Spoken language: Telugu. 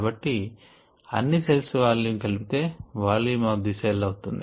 కాబట్టి అన్ని సెల్స్ వాల్యూమ్ కలిపితే వాల్యూమ్ ఆఫ్ ది సెల్ అవుతుంది